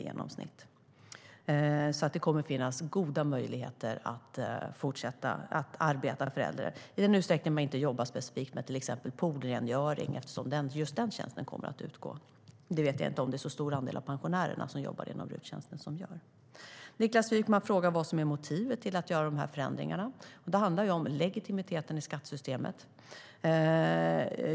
Det kommer alltså att finnas goda möjligheter för äldre att fortsätta arbeta - i den utsträckning de inte jobbar specifikt med poolrengöring eftersom just den tjänsten kommer att utgå. Jag vet inte om det är en stor andel av pensionärerna som jobbar inom RUT som gör det. Niklas Wykman frågar vad som är motivet till att göra de här förändringarna. Det handlar om legitimiteten i skattesystemet.